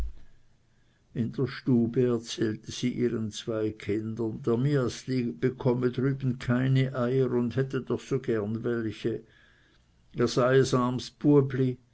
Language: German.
in der stube erzählte sie ihren zwei kindern der miaßli bekomme drüben keine eier und hätte doch so gerne welche er